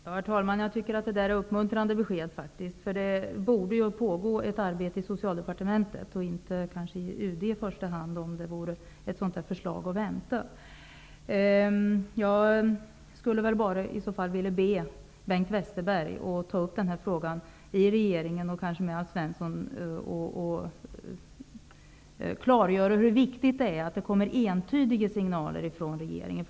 Herr talman! Ja, det är uppmuntrande besked som ges! Det borde ju pågå ett arbete i Socialdepartementet, och alltså kanske inte i UD i första hand, om ett förslag om vårdnadsbidrag vore att vänta. Jag ber Bengt Westerberg att ta upp frågan i regeringen, och kanske framför allt med Alf Svensson, och klargöra hur viktigt det är med entydiga signaler från regeringen.